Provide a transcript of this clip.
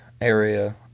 area